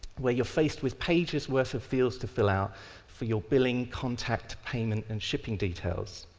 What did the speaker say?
where you're faced with pages worth of fields to fill out for your billing, contact payment, and shipping details.